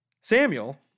Samuel